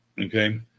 Okay